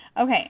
Okay